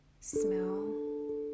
Smell